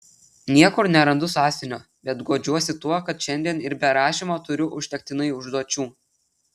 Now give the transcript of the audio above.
niekur nerandu sąsiuvinio bet guodžiuosi tuo kad šiandien ir be rašymo turiu užtektinai užduočių